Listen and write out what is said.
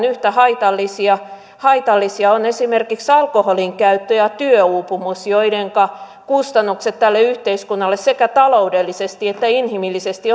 yhtä haitallisia haitallisia ovat esimerkiksi alkoholinkäyttö ja työuupumus joidenka kustannukset tälle yhteiskunnalle sekä taloudellisesti että inhimillisesti